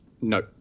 No